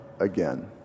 again